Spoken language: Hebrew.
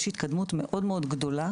יש התקדמות מאוד מאוד גדולה